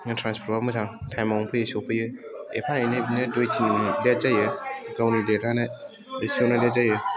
ट्रान्सपर्टआबो मोजां टाइमावनो फैयो सौफैयो एफा एनै बिदिनो दुइ थिन मिनिट लेट जायो गावनो देरहानो इसेआवनो लेट जायो